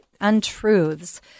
untruths